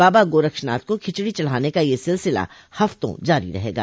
बाबा गोरक्षनाथ को खिचड़ी चढ़ाने का यह सिलसिला हफ्तों जारी रहेगा